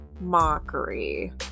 mockery